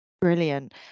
Brilliant